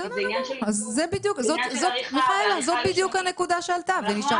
כי זה עניין של עריכה ועריכה לשונית.